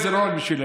אבל בנימה